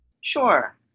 Sure